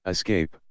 Escape